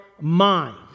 mind